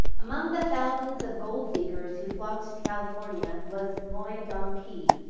among the thousands of gold seekers who flocked to california was moy don key,